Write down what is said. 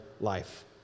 life